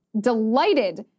delighted